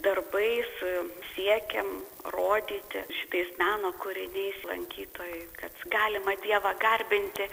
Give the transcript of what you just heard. darbais siekiam rodyti šitais meno kūriniais lankytojui kad galima dievą garbinti